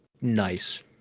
nice